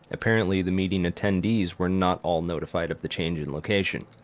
apparently the meeting attendees were not all notified of the change in location.